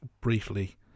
briefly